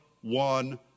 one